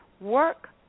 work